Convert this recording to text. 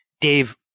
Dave